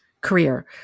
career